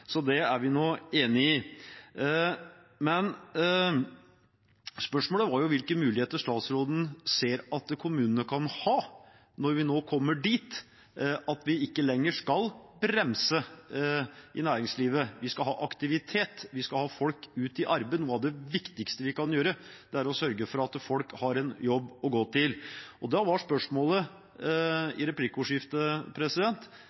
Det er vi enig i. Men spørsmålet var hvilke muligheter statsråden ser at kommunene kan ha når vi nå kommer dit at vi ikke lenger skal bremse i næringslivet – vi skal ha aktivitet, vi skal ha folk ut i arbeid. Noe av det viktigste vi kan gjøre, er å sørge for at folk har en jobb å gå til. Da var spørsmålet